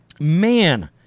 Man